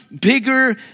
bigger